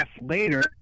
later